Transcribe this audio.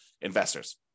investors